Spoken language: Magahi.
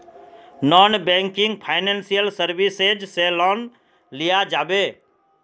नॉन बैंकिंग फाइनेंशियल सर्विसेज से लोन लिया जाबे?